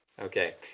Okay